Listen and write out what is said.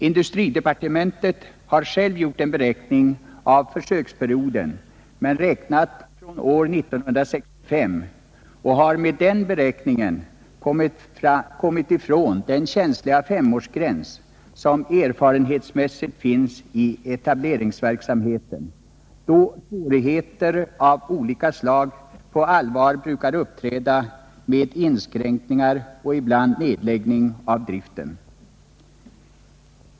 Industridepartementet har självt gjort en beräkning av försöksperioden men räknat från år 1965 och har med den beräkningen kommit ifrån den känsliga femårsgräns som erfarenhetsmässigt finns i etableringsverksamheten, då svårigheter av olika slag på allvar brukar uppträda med inskränkningar och ibland nedläggning av driften.